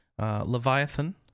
Leviathan